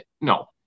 No